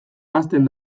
hazten